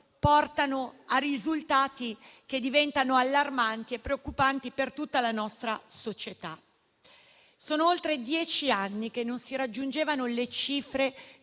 portano a risultati allarmanti e preoccupanti per tutta la nostra società. Sono oltre dieci anni che non si raggiungevano cifre